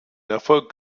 erfolg